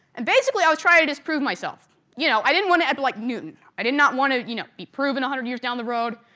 and basically i was trying to disprove myself, you know, i didn't want to end up like newton i did not want to, you know, be proven a hundred years down the road,